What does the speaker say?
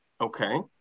Okay